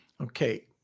Okay